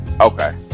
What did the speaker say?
Okay